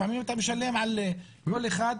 לפעמים אתה משלם על כל אחד,